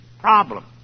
problem